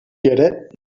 get